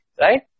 right